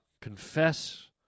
confess